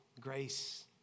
grace